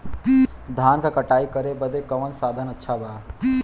धान क कटाई करे बदे कवन साधन अच्छा बा?